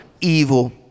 evil